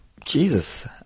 Jesus